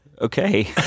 Okay